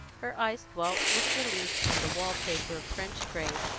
her eyes dwelt with relief on the wall-paper of french grey,